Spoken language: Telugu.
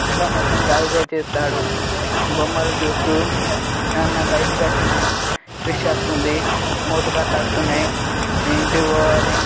ఇంట్లో మొత్తం గయ్య గయ్య చేస్తాడు బొమ్మలు చూస్తు ఏమన్నా బయటికి వచ్చిన క్రిష్ చేస్తుంది మోటుపట్లు అతున్నాయి నేను ఇంటికి పోవాలి